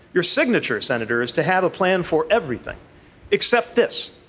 your signature, senator, is to have a plan for everything except this.